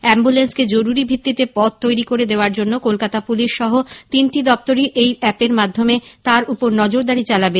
অ্যাম্বলেন্সকে জরুরী ভিত্তিতে পথ তৈরি করে দেওয়ার জন্যে কলকাতা পুলিশ সহ তিনটি দপ্তরই এই অ্যাপের মাধ্যমে তার উপরে নজরদারি চালাবে